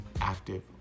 active